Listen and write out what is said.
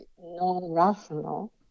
non-rational